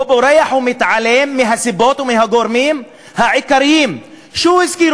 הוא בורח ומתעלם מהסיבות ומהגורמים העיקריים שהוא הזכיר.